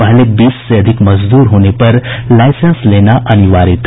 पहले बीस से अधिक मजदूर होने पर लाइसेंस लेना अनिवार्य था